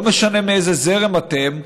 לא משנה מאיזה זרם אתם,